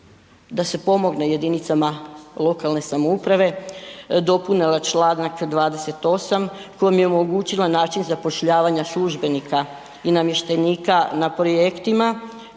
da se pomogne jedinicama lokalne samouprave dopunila Članak 28. kojim je omogućila način zapošljavanja službenika i namještenika na projektima,